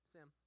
Sam